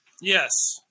Yes